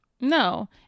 no